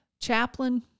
Chaplain